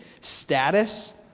status